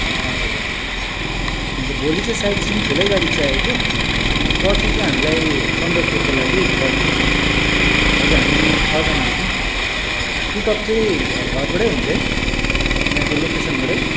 अच्छा पाँच हजार हुन्छ भोलि चाहिँ साइट सिइङ्ग ठुलै गाडी चाहिएको अन्त पर्सि चाहिँ हामीलाई सन्दकपुरको लागि गरिदिनु होस् न हजुर हामी छजना छौँ पिक अप चैँ घरबाटै हुन्छ है यहाँ जो लोकेसनबाटै